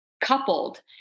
coupled